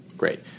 Great